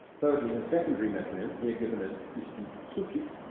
thirdly, his secondary metronym, here given as so